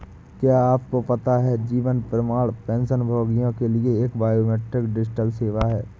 क्या आपको पता है जीवन प्रमाण पेंशनभोगियों के लिए एक बायोमेट्रिक डिजिटल सेवा है?